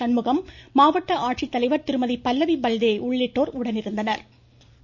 சண்முகம் மாவட்ட ஆட்சித்தலைவா் திருமதி பல்லவி பல்தேவ் உள்ளிட்டோர் உடனிருந்தனா்